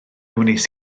wnes